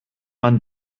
man